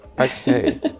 Okay